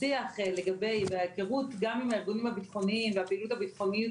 שהשיח וההיכרות גם עם הארגונים הביטחוניים והפעילות הביטחונית